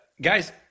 guys